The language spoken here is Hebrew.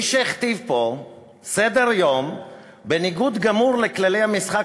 מי שהכתיב פה סדר-יום בניגוד גמור לכללי המשחק